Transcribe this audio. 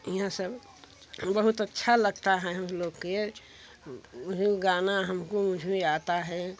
बढ़िया सब बहुत अच्छा लगता है हम लोग के गाना हमको मुझे आता है